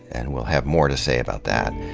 and we'll have more to say about that.